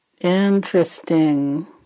Interesting